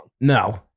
No